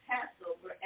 Passover